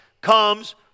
comes